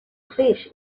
fish